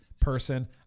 person